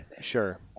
sure